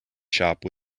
shop